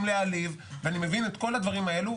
להעליב ואני מבין את כל הדברים האלה,